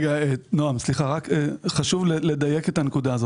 נעם, חשוב לדייק בנקודה הזו.